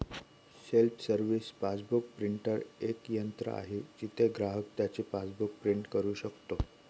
self service passbook printer एक यंत्र आहे जिथे ग्राहक त्याचे पासबुक प्रिंट करू शकतो